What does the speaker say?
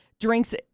drinks